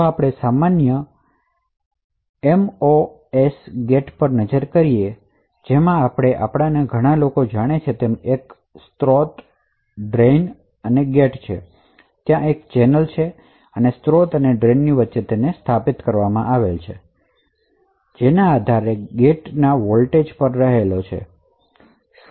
જો આપણે સામાન્ય MOS ગેટ પર નજર કરીએ છીએ જેમ કે આપણામાંના ઘણા લોકો જાણે છે તેમાં એક સોર્સ ડ્રેઇન અને ગેટ છે અને ત્યાં એક ચેનલ છે અને સોર્સ અને ડ્રેઇનની વચ્ચે સ્થાપિત થયેલ છે જેનો આધાર ગેટ પર ઉપલબ્ધ વોલ્ટેજ પર છે